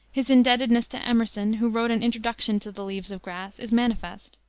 his indebtedness to emerson who wrote an introduction to the leaves of grass is manifest.